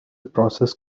process